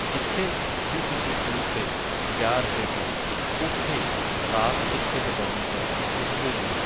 ਜਿੱਥੇ ਵੀ ਤੁਸੀਂ ਟੂਰ 'ਤੇ ਜਾ ਰਹੇ ਹੋ ਉੱਥੇ ਰਾਤ ਕਿੱਥੇ ਬਿਤਾਉਣੀ ਹੈ ਉਸ ਦੇ ਲਈ